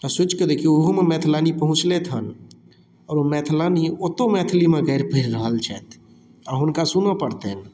तऽ सोचिकऽ देखियौ ओहुमे मैथिलानी पहुँचलथि हन आओर ओ मैथिलानी ओतौ मैथिलीमे गाड़ि पढ़ि रहल छथि आओर हुनका सुनऽ पड़तनि